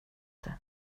det